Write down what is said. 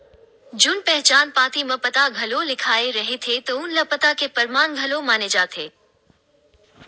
जउन पहचान पाती म पता घलो लिखाए रहिथे तउन ल पता के परमान घलो माने जाथे